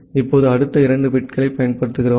இப்போது அடுத்த இரண்டு பிட்களைப் பயன்படுத்துகிறோம்